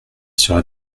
sera